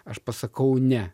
aš pasakau ne